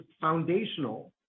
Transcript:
foundational